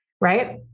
right